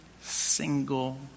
single